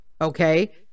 okay